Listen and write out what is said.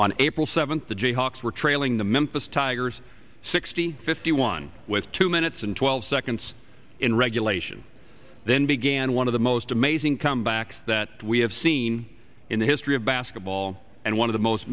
on april seventh the jayhawks were trailing the memphis tigers sixty fifty one with two minutes and twelve seconds in regulation then began one of the most amazing comebacks that we have seen in the history of basketball and one of the most